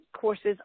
courses